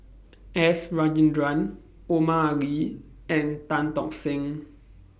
S Rajendran Omar Ali and Tan Tock Seng